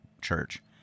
church